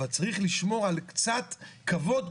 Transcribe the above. אבל צריך לשמור על קצת כבוד,